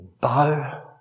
bow